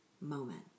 moment